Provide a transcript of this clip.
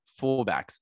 fullbacks